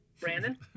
Brandon